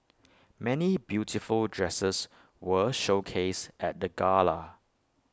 many beautiful dresses were showcased at the gala